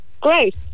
Great